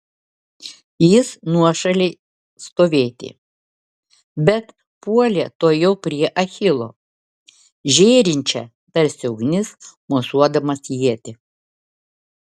jis nuošaliai stovėti bet puolė tuojau prie achilo žėrinčią tarsi ugnis mosuodamas ietį